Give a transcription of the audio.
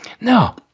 No